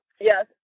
yes